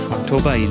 October